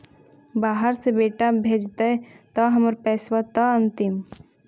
बाहर से बेटा भेजतय त हमर पैसाबा त अंतिम?